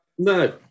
No